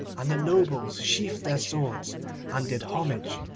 and the nobles sheathed their swords and did homage,